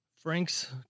Frank's